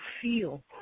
feel